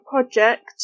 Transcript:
project